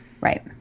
Right